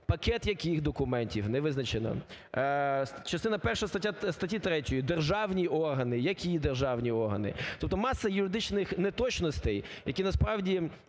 Пакет яких документів – не визначено. Частина перша статті 3: державні органи". Які державні органи? Тобто маса юридичних неточностей, які насправді